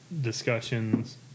discussions